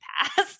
past